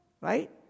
right